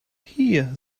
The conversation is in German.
hier